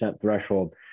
threshold